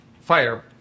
fire